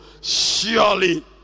surely